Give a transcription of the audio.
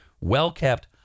well-kept